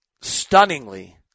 stunningly